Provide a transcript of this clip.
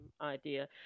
idea